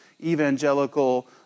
evangelical